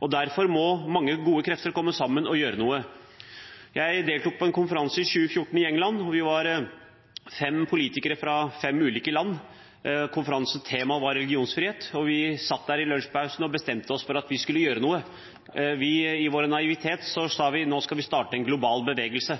år. Derfor må mange gode krefter komme sammen og gjøre noe. Jeg deltok på en konferanse i England i 2014, hvor vi var fem politikere fra fem ulike land. Konferansens tema var religionsfrihet, og vi satt der i lunsjpausen og bestemte oss for at vi skulle gjøre noe. I vår naivitet sa vi at nå skal vi starte en global bevegelse.